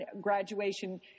graduation